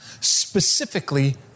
specifically